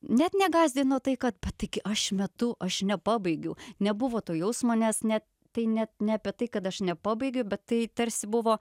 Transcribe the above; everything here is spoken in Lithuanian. net negąsdino tai kad patiki aš metu aš nepabaigiau nebuvo to jausmo nes ne tai net ne apie tai kad aš nepabaigiu bet tai tarsi buvo